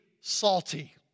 salty